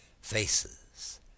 faces